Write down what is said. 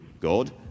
God